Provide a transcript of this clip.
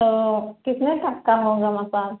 तो कितने तक का होगा मसाज